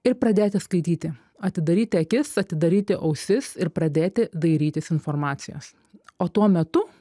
ir pradėti skaityti atidaryti akis atidaryti ausis ir pradėti dairytis informacijos o tuo metu